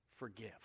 forgive